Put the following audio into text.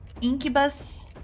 incubus